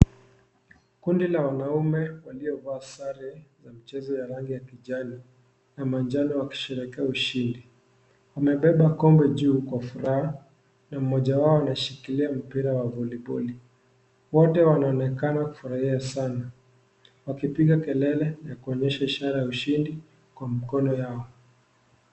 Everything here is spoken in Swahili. Kundi la wanaume waliovaa sare ya michezo ya kijani na manjano wakisherehekea ushindi. Wamebeba kombe juu kwa furaha na mmoja anashikilia mpira wa voleboli. Wote wanaonekana kufurahia sana wakipiga kelele na kuonyesha ishara ya ushindi kwa mikono yao.